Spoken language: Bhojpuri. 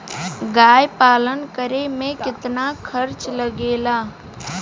गाय पालन करे में कितना खर्चा लगेला?